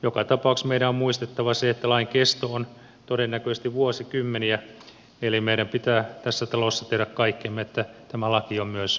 joka tapauksessa meidän on muistettava se että lain kesto on todennäköisesti vuosikymmeniä eli meidän pitää tässä talossa tehdä kaikkemme että tämä laki on myös kaikin tavoin toimiva